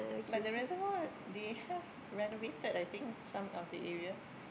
but the reservoir they have renovated I think some of the area